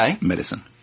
medicine